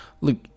Look